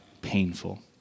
painful